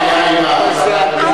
מדבר,